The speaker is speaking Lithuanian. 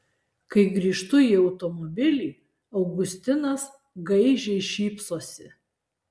kai grįžtu į automobilį augustinas gaižiai šypsosi